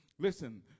listen